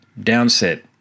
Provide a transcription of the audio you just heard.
Downset